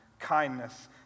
Kindness